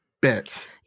bits